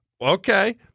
Okay